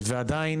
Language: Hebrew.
ועדיין,